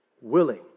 willing